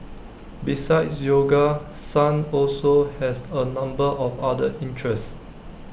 besides yoga sun also has A number of other interests